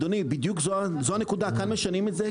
פה משנים את זה.